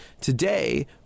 today